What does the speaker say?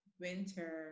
Winter